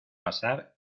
pasar